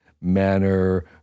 manner